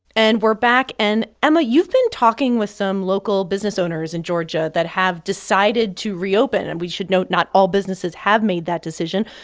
and we're back. and, emma, you've been talking with some local business owners in georgia that have decided to reopen. and we should note not all businesses have made that decision.